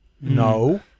No